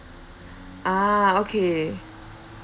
ah okay